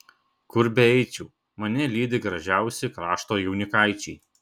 kur beeičiau mane lydi gražiausi krašto jaunikaičiai